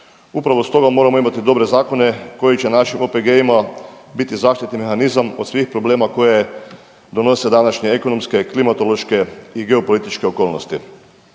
Upravo stoga moramo imati dobre zakone koji će našim OPG-ima biti zaštitni mehanizam od svih problema koje donose današnje ekonomske, klimatološke i geopolitičke okolnosti.